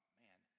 man